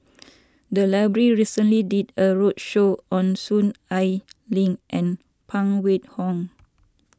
the library recently did a roadshow on Soon Ai Ling and Phan Wait Hong